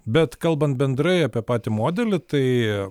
bet kalbant bendrai apie patį modelį tai